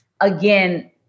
again